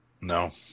No